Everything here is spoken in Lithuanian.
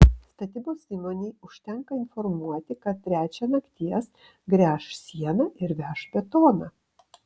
statybos įmonei užtenka informuoti kad trečią nakties gręš sieną ir veš betoną